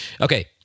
Okay